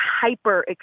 hyper